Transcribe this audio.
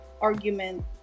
argument